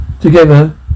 Together